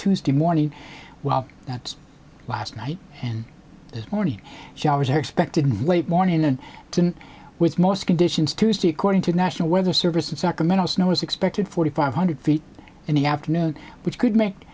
tuesday morning while that's last night and this morning showers are expected in late morning and then with most conditions tuesday according to the national weather service in sacramento snow is expected forty five hundred feet in the afternoon which could make